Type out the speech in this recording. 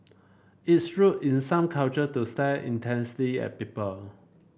it's rude is some culture to stare intensely at people